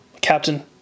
Captain